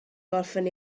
gorffen